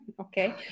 Okay